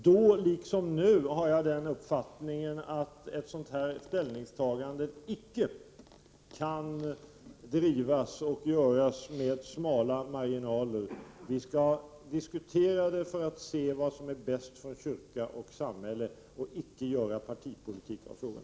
Nu liksom då har jag uppfattningen att ett sådant här ställningstagande icke kan göras med smala marginaler. Vi skall diskutera för att se vad som är bäst för kyrka och samhälle, och icke göra partipolitik av frågan.